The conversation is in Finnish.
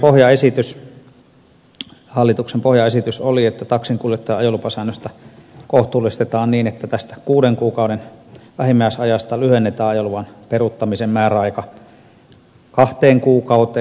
ministeriön pohjaesitys hallituksen pohjaesitys oli että taksinkuljettajan ajolupasäännöstä kohtuullistetaan niin että tästä kuuden kuukauden vähimmäisajasta lyhennetään ajoluvan peruuttamisen määräaika kahteen kuukauteen